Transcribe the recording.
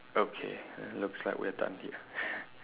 okay looks like we're done here